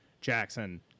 Jackson